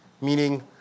meaning